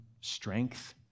strength